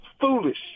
foolish